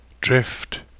Drift